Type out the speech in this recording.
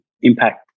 impact